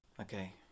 Okay